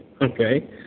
okay